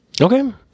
Okay